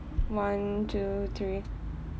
one two three